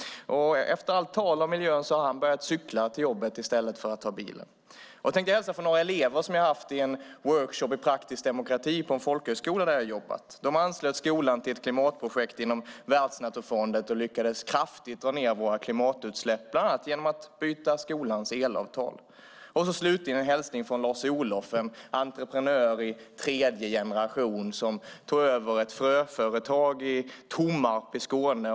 Efter allt tal om miljö har han börjat cykla till jobbet i stället för att ta bilen. Jag tänker hälsa från några elever som jag har haft på en workshop i praktisk demokrati på en folkhögskola där jag har jobbat. Man anslöt skolan till ett klimatprojekt inom Världsnaturfonden och lyckades kraftigt dra ned klimatutsläppen bland annat genom att byta skolans elavtal. Slutligen en hälsning från Lars-Olof, en entreprenör i tredje generation som tog över ett fröföretag i Tommarp i Skåne.